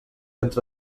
entre